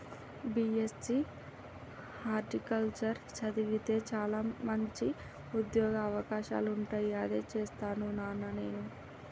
BSc horticulture చదివితే చాల మంచి ఉంద్యోగ అవకాశాలుంటాయి అదే చేస్తాను నానా నేను